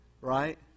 Right